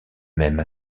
même